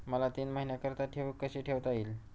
मला तीन महिन्याकरिता ठेव कशी ठेवता येईल?